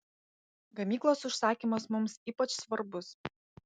gamyklos užsakymas mums ypač svarbus